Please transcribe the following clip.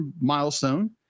milestone